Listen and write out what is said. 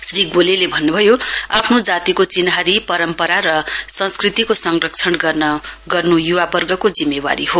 श्री गोलेले भन्नुभयो आफ्नो जातिको चिन्हारी परम्परा र संस्कृतिको संरक्षण गर्नु युवावर्गको जिम्मेदावारी हो